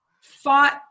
fought